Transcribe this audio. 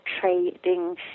trading